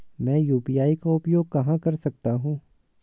मैं यू.पी.आई का उपयोग कहां कर सकता हूं?